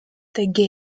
gates